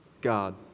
God